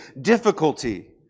difficulty